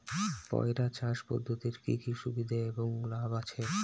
পয়রা চাষ পদ্ধতির কি কি সুবিধা এবং লাভ আছে?